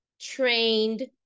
trained